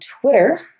Twitter